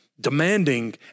demanding